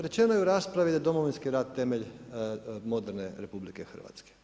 Rečeno je u raspravi da je Domovinski rat temelj moderne RH.